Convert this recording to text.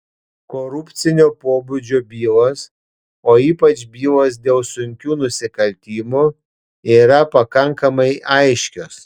korupcinio pobūdžio bylos o ypač bylos dėl sunkių nusikaltimų yra pakankamai aiškios